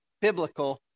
biblical